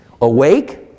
awake